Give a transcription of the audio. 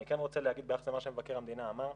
אני כן רוצה להגיד ביחס למה שמבקר המדינה אמר.